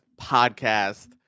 podcast